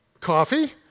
Coffee